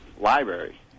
library